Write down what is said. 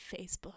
Facebook